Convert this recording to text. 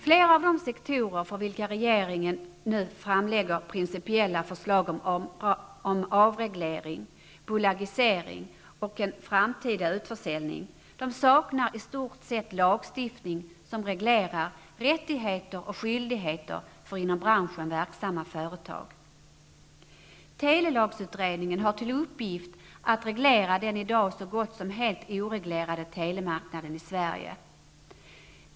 Flera av de sektorer för vilka regeringen nu framlägger principiella förslag om avreglering, bolagisering och en framtida utförsäljning saknar i stort sett lagstiftning som reglerar rättigheter och skyldigheter för inom branschen verksamma företag. Sverige.